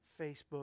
Facebook